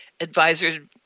advisors